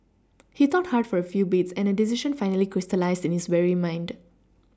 he thought hard for a few beats and a decision finally crystallised in his weary mind